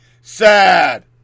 Sad